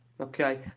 okay